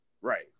Right